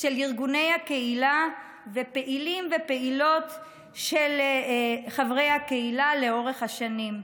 של ארגוני הקהילה ופעילים ופעילות של חברי הקהילה לאורך השנים.